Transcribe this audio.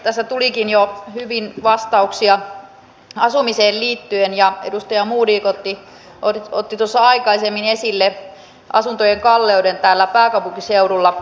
tässä tulikin jo hyvin vastauksia asumiseen liittyen ja edustaja modig otti tuossa aikaisemmin esille asuntojen kalleuden täällä pääkaupunkiseudulla